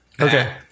Okay